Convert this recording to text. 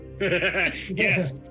Yes